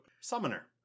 Summoner